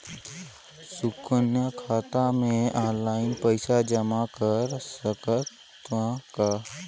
सुकन्या खाता मे ऑनलाइन पईसा जमा कर सकथव का?